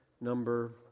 number